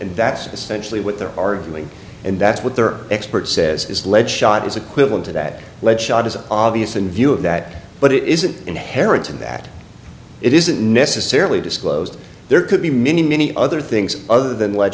that's essentially what they're arguing and that's what their expert says is lead shot is equivalent to that lead shot is obvious in view of that but it isn't inherent in that it isn't necessarily disclosed there could be many many other things other than